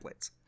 templates